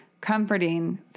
comforting